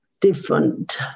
different